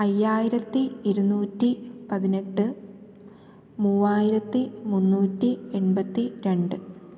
അയ്യായിരത്തി ഇരുന്നൂറ്റി പതിനെട്ട് മുവായിരത്തി മുന്നൂറ്റി എൺപത്തി രണ്ട്